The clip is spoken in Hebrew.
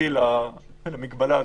הבסיסי למגבלה הזו.